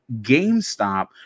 GameStop